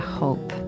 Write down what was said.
hope